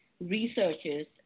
researchers